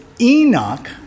Enoch